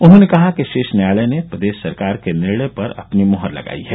उन्होंने कहा कि शीर्ष न्यायालय ने प्रदेश सरकार के निर्णय पर अपनी मोहर लगाई है